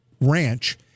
ranch